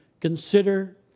consider